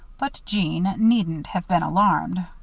but jeanne needn't have been alarmed.